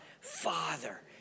father